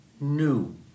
new